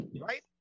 right